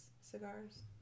cigars